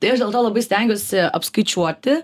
tai aš dėl to labai stengiuosi apskaičiuoti